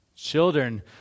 Children